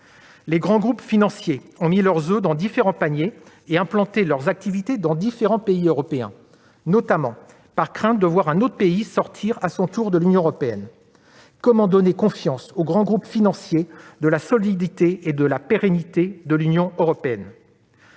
Les grands groupes financiers ont mis leurs oeufs dans différents paniers et implanté leurs activités dans différents pays européens, notamment par crainte de voir un autre pays sortir à son tour de l'Union européenne. Comment leur donner confiance en la solidité et la pérennité de l'Union européenne ?